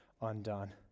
undone